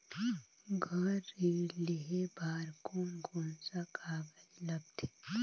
घर ऋण लेहे बार कोन कोन सा कागज लगथे?